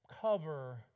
cover